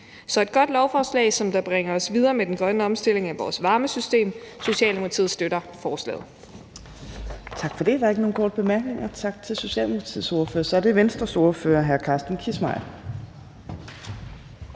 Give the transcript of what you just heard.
er et godt lovforslag, som bringer os videre med den grønne omstilling af vores varmesystem. Socialdemokratiet støtter forslaget.